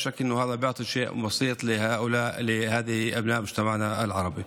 הוא לא יציל את המשפחות מהאימה ומההוצאות הקיימות,